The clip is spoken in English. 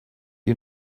you